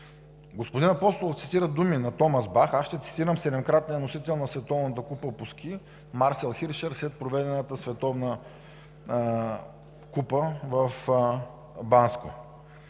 Господин Апостолов цитира думи на Томас Бах, аз ще цитирам седемкратния носител на Световната купа по ски Марсел Хиршер след проведената Световна купа в Банско: